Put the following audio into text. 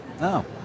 No